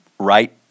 right